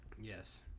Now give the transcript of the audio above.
Yes